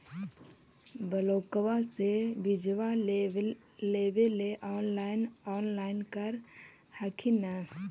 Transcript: ब्लोक्बा से बिजबा लेबेले ऑनलाइन ऑनलाईन कर हखिन न?